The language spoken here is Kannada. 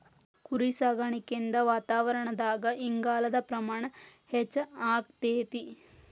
ಕುರಿಸಾಕಾಣಿಕೆಯಿಂದ ವಾತಾವರಣದಾಗ ಇಂಗಾಲದ ಪ್ರಮಾಣ ಹೆಚ್ಚಆಗ್ತೇತಿ